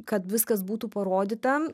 kad viskas būtų parodyta